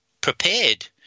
prepared